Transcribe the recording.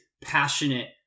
passionate